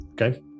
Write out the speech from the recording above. Okay